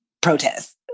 protests